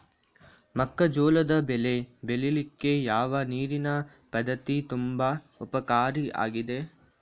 ಮೆಕ್ಕೆಜೋಳದ ಬೆಳೆ ಬೆಳೀಲಿಕ್ಕೆ ಯಾವ ನೀರಿನ ಪದ್ಧತಿ ತುಂಬಾ ಉಪಕಾರಿ ಆಗಿದೆ?